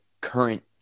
current